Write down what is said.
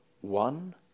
One